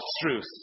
truth